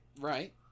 Right